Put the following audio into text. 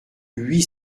huit